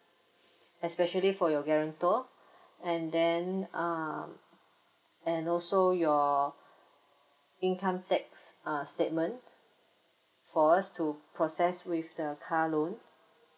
especially for your guarantor and then um and also your income tax uh statement for us to process with the car loan